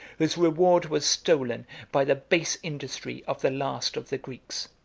whose reward was stolen by the base industry of the last of the greeks!